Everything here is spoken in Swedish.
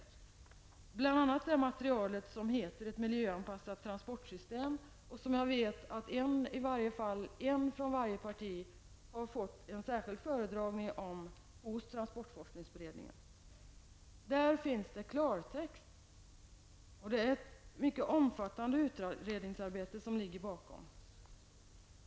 I materialet ingår en skrift som heter Ett miljöanpassat transportsystem, som jag vet att i varje fall en representant från varje parti har fått en särskild föredragning om hos transportforskningsberedningen. Där finns det klartext, och det är ett mycket omfattande utredningsarbete som ligger bakom.